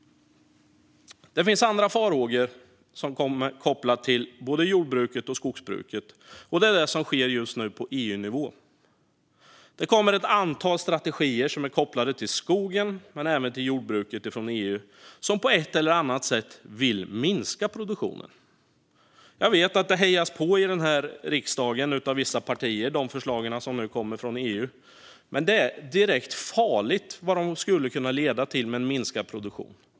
Det finns andra farhågor kopplat till både jordbruket och skogsbruket. Det är det som just nu sker på EU-nivå. Det kommer ett antal strategier kopplade till skogen men även till jordbruket från EU, som på ett eller annat sätt vill minska produktionen. Jag vet att vissa partier i riksdagen hejar på vissa av de förslag som nu kommer från EU. Men det som de skulle kunna leda till är direkt farligt när det gäller minskad produktion.